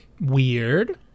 Weird